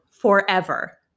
forever